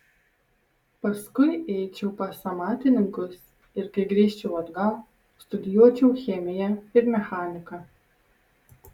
paskui eičiau pas amatininkus ir kai grįžčiau atgal studijuočiau chemiją ir mechaniką